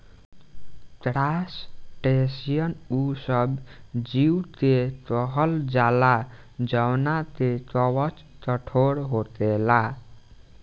crustacean उ सब जीव के कहल जाला जवना के कवच कठोर होखेला